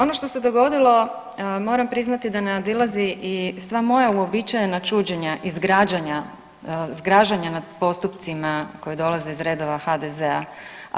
Ono što se dogodilo moram priznati da nadilazi i sva moja uobičajena čuđenja i zgražanja nad postupcima koji dolaze iz redova HDZ-a.